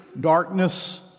darkness